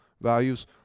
values